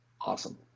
Awesome